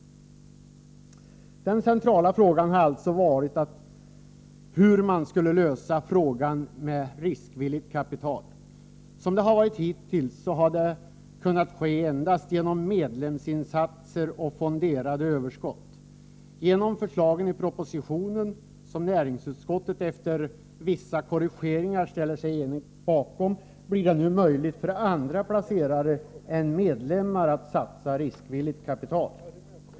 Den centrala frågan har alltså varit hur man skulle kunna lösa problemet att få riskvilligt kapital. Hittills har det endast rört sig om medlemsinsatser och fonderade överskott. Genomförs förslagen i propositionen, vilka näringsutskottet ställer sig bakom sedan vissa korrigeringar gjorts, blir det nu möjligt för andra placerare än medlemmar att satsa riskvilligt kapital.